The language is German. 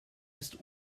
ist